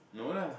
no lah